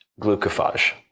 Glucophage